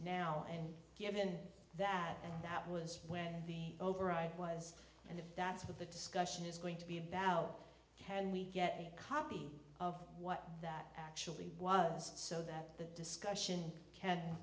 now and given that that was when the override was and if that's what the discussion is going to be about can we get a copy of what that actually was so that the discussion can